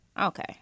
Okay